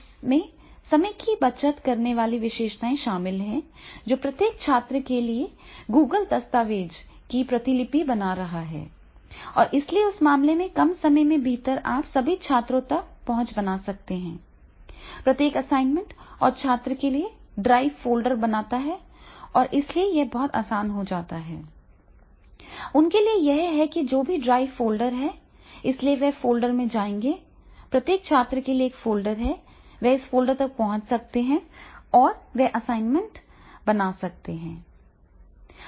इसमें समय की बचत करने वाली विशेषताएं शामिल हैं जो प्रत्येक छात्र के लिए Google दस्तावेज़ की प्रतिलिपि बना रहा है और इसलिए उस मामले में कम समय के भीतर आप सभी छात्रों तक पहुंच बना सकते हैं प्रत्येक असाइनमेंट और छात्र के लिए ड्राइव फ़ोल्डर बनाता है और इसलिए यह बहुत आसान हो जाता है उनके लिए यह है कि जो भी ड्राइव फ़ोल्डर हैं इसलिए वे फ़ोल्डर में जाएंगे प्रत्येक छात्र के लिए एक फ़ोल्डर है वे उस फ़ोल्डर तक पहुंच सकते हैं और फिर वे असाइनमेंट बना सकते हैं